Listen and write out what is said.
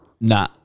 Nah